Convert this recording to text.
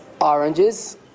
oranges